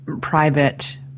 private